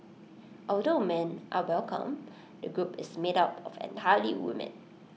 although men are welcome the group is made up of entirely women